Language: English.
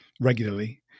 regularly